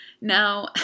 Now